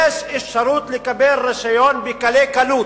יש אפשרות לקבל רשיון בקלי קלות,